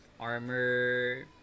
Armor